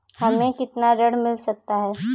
हमें कितना ऋण मिल सकता है?